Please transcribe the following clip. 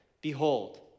Behold